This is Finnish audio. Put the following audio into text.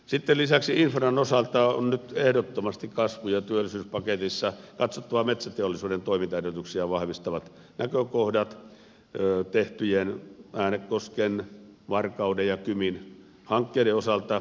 sitten lisäksi infran osalta on nyt ehdottomasti kasvu ja työllisyyspaketissa katsottava metsäteollisuuden toimintaedellytyksiä vahvistavat näkökohdat tehtyjen äänekosken varkauden ja kymin hankkeiden osalta